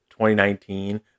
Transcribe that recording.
2019